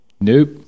Nope